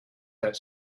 that